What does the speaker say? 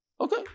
Okay